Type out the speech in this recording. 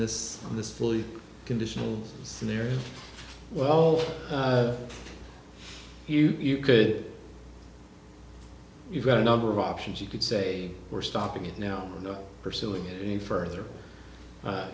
this in this fully conditional scenario well you could you've got a number of options you could say we're stopping it now you know pursuing it any further